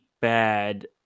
bad